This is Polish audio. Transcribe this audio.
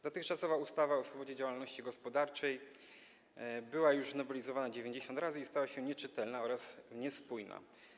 Dotychczasowa ustawa o swobodzie działalności gospodarczej była już nowelizowana 90 razy i stała się nieczytelna oraz niespójna.